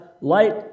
light